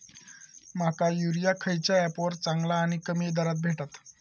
माका युरिया खयच्या ऍपवर चांगला आणि कमी दरात भेटात?